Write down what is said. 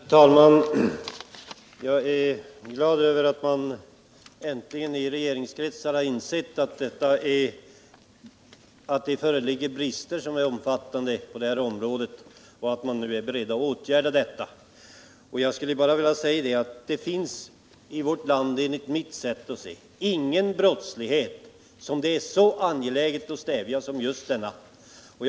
Herr talman! Jag är glad över att man i regeringskretsar äntligen insett att det föreligger omfattande brister på detta område och att man nu är beredd att vidtaga åtgärder mot dessa. Jag skulle bara vilja säga att det i vårt land enligt mitt sätt att se inte finns någon brottslighet som det är så angeläget att stävja som just narkotikabrottsligheten.